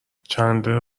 چندلر